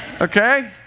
Okay